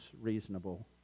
reasonable